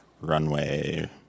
Runway